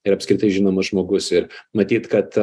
ir apskritai žinomas žmogus ir matyt kad